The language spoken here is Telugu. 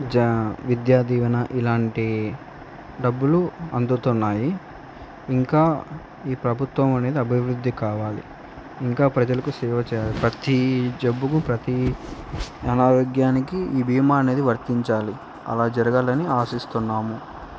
జ విద్యా దీవెన ఇలాంటి డబ్బులు అందుతున్నాయి ఇంకా ఈ ప్రభుత్వం అనేది అభివృద్ధి కావాలి ఇంకా ప్రజలకు సేవ చేయాలి ప్రతీ జబ్బుకు ప్రతీ అనారోగ్యానికి ఈ భీమా అనేది వర్తించాలి అలా జరగాలని ఆశిస్తున్నాము